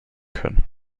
können